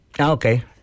Okay